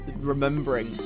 remembering